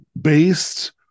based